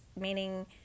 Meaning